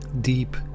deep